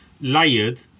layered